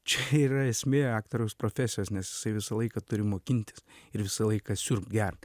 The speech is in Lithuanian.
čia yra esmė aktoriaus profesijos nes jisai visą laiką turi mokintis ir visą laiką siurbt gert